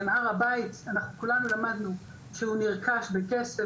הר הבית, אנחנו כולנו למדנו שהוא נרכש בכסף.